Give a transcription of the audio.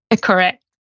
Correct